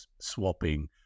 swapping